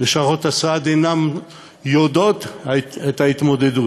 לשכות הסעד אינן יודעות את ההתמודדות.